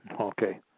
Okay